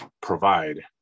provide